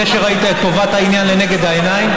על זה שראית את טובת העניין לנגד העיניים